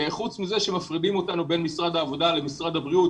חוץ מזה שמפרידים אותנו בין משרד העבודה למשרד הבריאות,